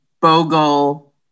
Bogle